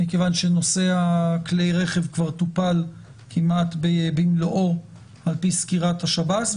מכיוון שנושא כלי הרכב כבר טופל כמעט במלואו על פי סקירת השב"ס.